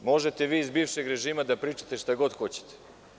Gospodo, možete vi iz bivšeg režima da pričate šta god hoćete.